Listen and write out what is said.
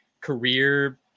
career